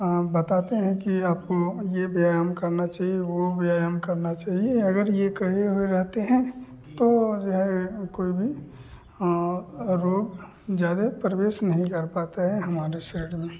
हाँ बताते हैं कि आपको यह व्यायाम करना चाहिए वह व्यायाम करना चाहिए अगर यह कहे हुए रहते हैं तो जो है कोई भी हाँ रोग ज़्यादा प्रवेश नहीं कर पाते हैं हमारे शरीर में